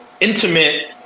intimate